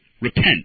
repent